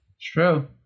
True